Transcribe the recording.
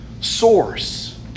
source